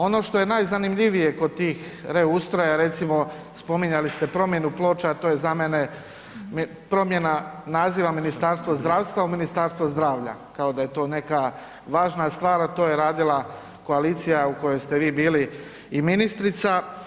Ono što je najzanimljivije kod tih reustroja, recimo, spominjali ste promjenu ploča, a to je za mene promjena naziva Ministarstva zdravstva u Ministarstva zdravlja, kao da je to neka važna stvar, a to je radila koalicija u kojoj ste vi bili i ministrica.